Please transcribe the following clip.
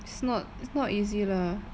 it's not not easy lah